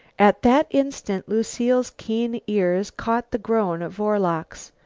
at that instant lucile's keen ears caught the groan of oarlocks.